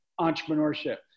entrepreneurship